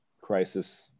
crisis